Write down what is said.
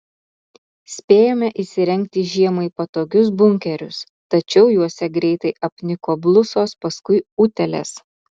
spėjome įsirengti žiemai patogius bunkerius tačiau juose greitai apniko blusos paskui utėlės